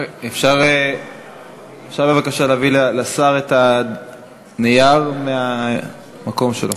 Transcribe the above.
אפשר להביא לשר את הנייר מהמקום שלו?